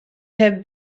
have